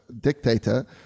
dictator